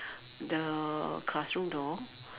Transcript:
the classroom door